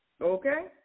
okay